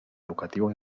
educativo